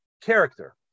character